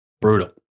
Brutal